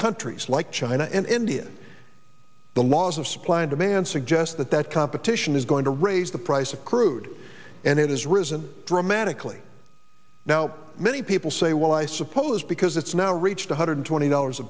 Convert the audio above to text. countries like china and india the laws of supply and demand suggest that that competition is going to raise the price of crude and it has risen dramatically now many people say well i suppose because it's now reached one hundred twenty dollars a